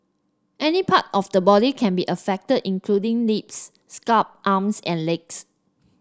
any part of the body can be affected including lips scalp arms and legs